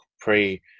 pre